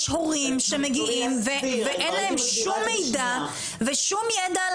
יש הורים שמגיעים ואין להם שום מידע ושום ידע על